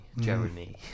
Jeremy